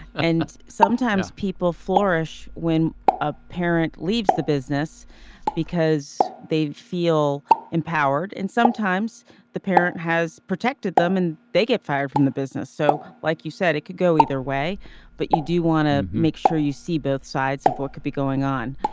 and sometimes people flourish when a parent leaves the business because they feel empowered and sometimes the parent has protected them and they get fired from the business. so like you said it could go either way but you do want to make sure you see both sides of what could be going on.